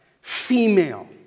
female